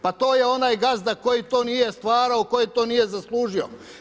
Pa to je onaj gazda koji to nije stvarao, koji to nije zaslužio.